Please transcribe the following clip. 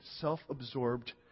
self-absorbed